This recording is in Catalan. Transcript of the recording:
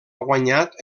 guanyat